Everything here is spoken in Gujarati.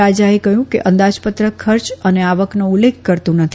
રાજાએ કહ્યું કે અંદાજપત્ર ખર્ચ અને આવકનો ઉલ્લેખ કરતું નથી